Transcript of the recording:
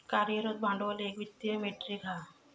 कार्यरत भांडवल एक वित्तीय मेट्रीक हा